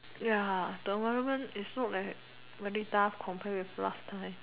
ya the environment is so like very tough compared to last time